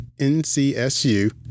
NCSU